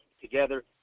together